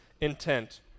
intent